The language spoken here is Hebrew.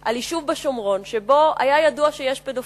על יישוב בשומרון שבו היה ידוע שיש פדופיל.